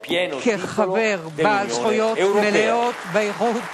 כחברה בעלת זכויות מלאות באיחוד האירופי.